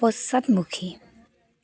পশ্চাদমুখী